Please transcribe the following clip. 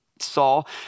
Saul